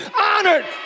honored